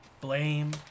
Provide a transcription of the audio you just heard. blame